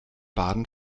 baden